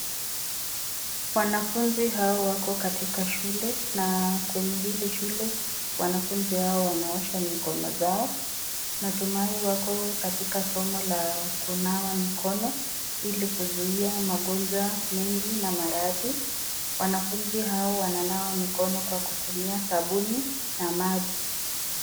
Wanafunzi hao wako katika shule, na kwenye hili shule wanafunzi hao wanaosha mikono zao, natumai wako katika hili somo la kunawa mikono, ilikuzuia magonjwa mengi na maradhi. Wanafunzi hawa wananawa mikono kwa kutumia sabuni na maji.